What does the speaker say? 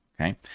Okay